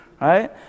right